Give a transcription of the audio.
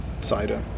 cider